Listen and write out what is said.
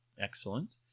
excellent